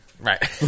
Right